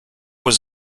was